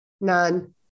None